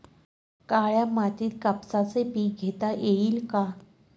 काळ्या मातीत कापसाचे पीक घेता येईल का?